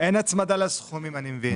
ואין הצמדה לסכומים אני מבין.